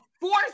force